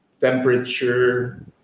temperature